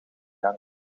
gang